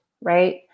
right